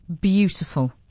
beautiful